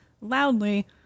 loudly